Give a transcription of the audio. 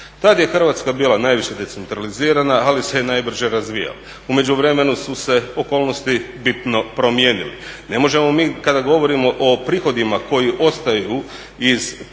Tad je Hrvatska bila najviše decentralizirana, ali se i najbrže razvijala. U međuvremenu su se okolnosti bitno promijenile. Ne možemo mi kada govorio o prihodima koji ostaju iz poreza,